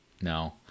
No